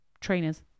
trainers